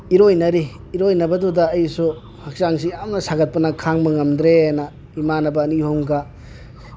ꯏꯔꯣꯏꯅꯔꯤ ꯏꯔꯣꯏꯅꯕꯗꯨꯗ ꯑꯩꯁꯨ ꯍꯛꯆꯥꯡꯁꯤ ꯌꯥꯝꯅ ꯁꯥꯒꯠꯄꯅ ꯈꯥꯡꯕ ꯉꯝꯗ꯭ꯔꯦꯅ ꯏꯃꯥꯟꯅꯕ ꯑꯅꯤ ꯑꯍꯨꯝꯒ